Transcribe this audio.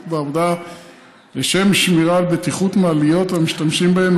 בעבודה לשם שמירה על בטיחות מעליות והמשתמשים בהן,